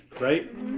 Right